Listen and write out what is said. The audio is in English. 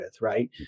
right